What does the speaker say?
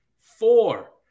Four